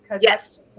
Yes